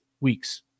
weeks